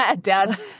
Dad